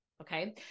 Okay